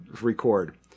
record